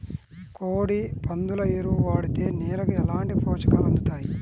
కోడి, పందుల ఎరువు వాడితే నేలకు ఎలాంటి పోషకాలు అందుతాయి